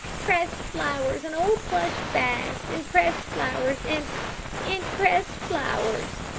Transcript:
pressed flowers! and old plush bags! and pressed flowers! and and pressed flowers!